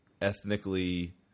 ethnically